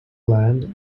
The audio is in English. land